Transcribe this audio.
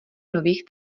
nových